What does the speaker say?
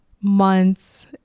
months